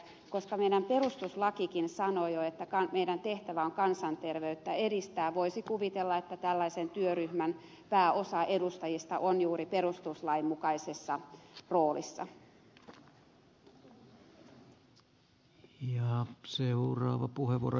koska meidän perustuslakimmekin jo sanoo että meidän tehtävämme on edistää kansanterveyttä voisi kuvitella että pääosa tällaisen työryhmän edustajista on juuri perustuslain mukaisessa roolissa